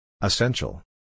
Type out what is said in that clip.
Essential